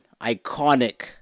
Iconic